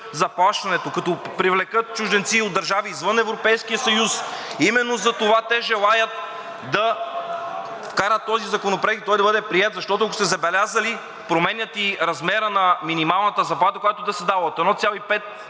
заплащането, като привлекат чужденци и от държави извън Европейския съюз, именно затова те желаят да вкарат този законопроект и той да бъде приет. Защото, ако сте забелязали, променят и размера на минималната заплата, която да се дава